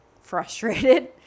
frustrated